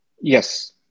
Yes